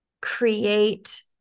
create